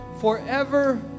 forever